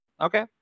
Okay